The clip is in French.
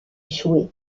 échoué